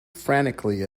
frantically